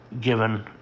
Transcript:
given